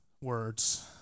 words